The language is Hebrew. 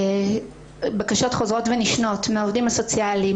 בקשות חוזרות ונשנות מן העובדים הסוציאליים,